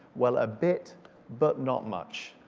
well, a bit but not much.